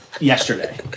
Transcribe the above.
yesterday